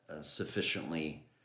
sufficiently